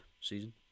season